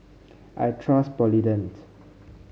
I trust Polident